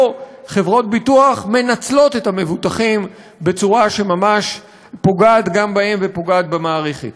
חברות ביטוח מנצלות את המבוטחים בצורה שממש פוגעת בהם ופוגעת במערכת.